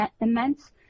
immense